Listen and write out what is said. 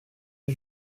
une